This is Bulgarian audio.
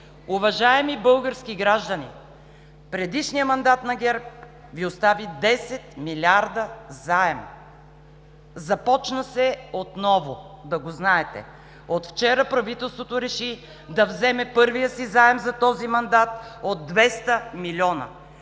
Уважаеми български граждани, предишният мандат на ГЕРБ Ви остави 10 милиарда заем! Започна се отново – да го знаете! От вчера правителството реши да вземе първия си заем за този мандат от 200 милиона.